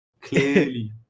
clearly